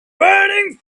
burning